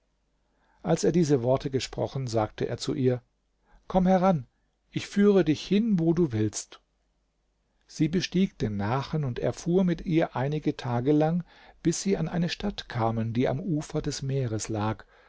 als er diese worte gesprochen sagte er zu ihr komm heran ich führe dich hin wo du willst sie bestieg den nachen und er fuhr mit ihr einige tage lang bis sie an eine stadt kamen die am ufer des meeres lag